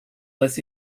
less